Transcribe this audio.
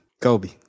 Kobe